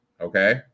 okay